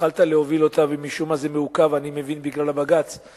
התחלת להוביל אותו ומשום מה אני מבין שזה מעוכב בגלל הבג"ץ,